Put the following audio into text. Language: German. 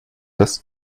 das